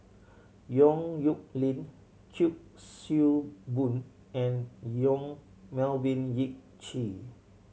Yong Nyuk Lin Kuik Swee Boon and Yong Melvin Yik Chye